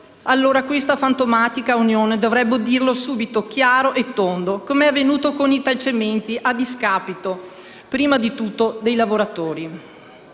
allora questa fantomatica Unione dovrebbe dirlo subito, chiaro e tondo. Com'è avvenuto con Italcementi, a discapito prima di tutto dei lavoratori.